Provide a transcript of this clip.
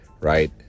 right